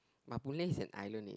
but Boon-Lay is an island leh